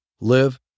live